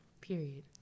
period